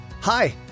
Hi